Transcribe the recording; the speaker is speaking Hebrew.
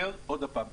מה שאתה אומר.